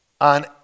on